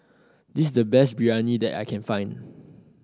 this is the best Biryani that I can find